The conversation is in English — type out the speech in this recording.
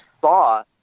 saw